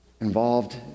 involved